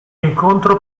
incontro